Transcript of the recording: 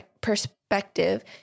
perspective